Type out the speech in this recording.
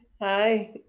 Hi